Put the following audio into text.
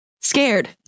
scared